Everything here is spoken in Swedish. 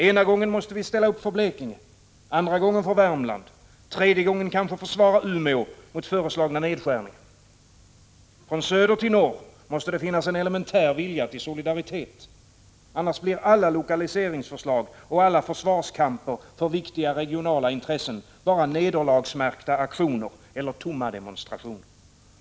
Ena gången måste vi ställa upp för Blekinge, andra gången för Värmland, tredje gången kanske försvara Umeå mot föreslagna nedskärningar. Från söder till norr måste det finnas en elementär vilja till solidaritet. Annars blir alla lokaliseringsförslag och alla försvarskamper för viktiga regionala intressen bara nederlagsmärkta aktioner eller tomma demonstrationer.